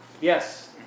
Yes